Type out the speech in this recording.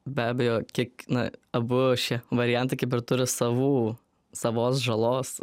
be abejo kiek na abu šie variantai kaip ir turi savų savos žalos